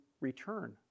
return